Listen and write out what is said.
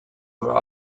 were